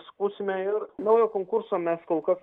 skųsime ir naujo konkurso mes kol kas